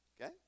Okay